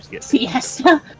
Siesta